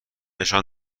نشان